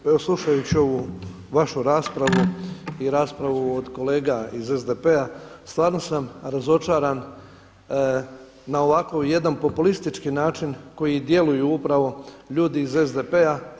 Pa evo slušajući ovu vašu raspravu i raspravu od kolega iz SDP-a, stvarno sam razočaran na ovako jedan populistički način koji djeluju upravo ljudi iz SDP-a.